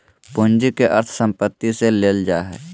पूंजी के अर्थ संपत्ति से लेल जा हइ